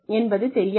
என்பது தெரியாது